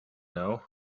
now